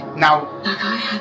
Now